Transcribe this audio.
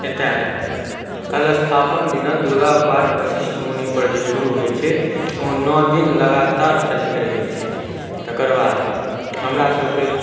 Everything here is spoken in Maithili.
एतऽ कलशथापन दिना दुर्गा पाठ वशिष्ठ मुनिपर जे शुरू होइ छै ओ नओ दिन लगातार चलैत रहै छै तकर बाद हमरासबके